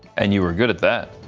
and you were good at that.